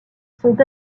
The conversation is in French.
sont